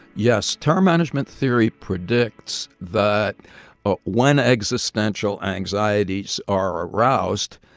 yes. terror management theory predicts that ah when existential anxieties are aroused,